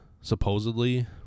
supposedly